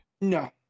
No